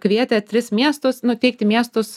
kvietė tris miestus nu teikti miestus